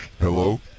Hello